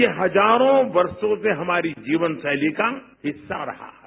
ये हजारों वर्षो से हमारी जीवन शैली का हिस्सा रहा है